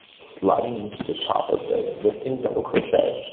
sliding into the top of the existing double crochet,